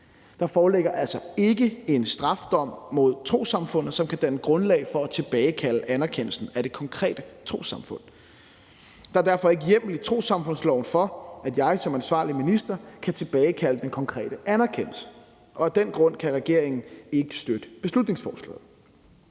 Der foreligger altså ikke en strafdom mod trossamfundet, som kan danne grundlag for at tilbagekalde anerkendelsen af det konkrete trossamfund. Der er derfor ikke hjemmel i trossamfundsloven for, at jeg som ansvarlig minister kan tilbagekalde den konkrete anerkendelse. Af den grund kan regeringen ikke støtte beslutningsforslaget.